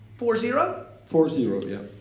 four zero? four zero, yeah.